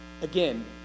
again